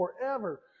forever